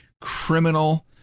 criminal